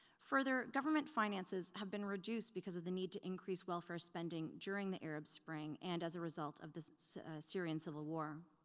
further, government finances have been reduced because of the need to increase welfare spending during the arab spring and as a result of the syrian civil war.